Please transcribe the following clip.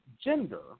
gender